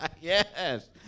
yes